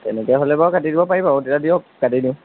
তেনেকৈ হ'লে বাৰু কাটি দিব পাৰি বাৰু তেতিয়া দিয়ক কাটি দিওঁ